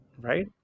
Right